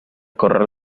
correr